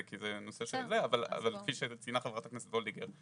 כי נושא ש אבל כפי שציינה חברת הכנסת וולדיגר,